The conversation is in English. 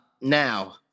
Now